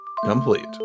complete